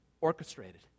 orchestrated